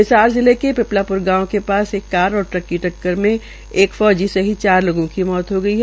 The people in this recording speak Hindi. हिसार जिले के पिपलाप्र गांव के पास एक कार और ट्रक की टक्कर में एक सैनिक सहित चार लोगों की मौत हो गई है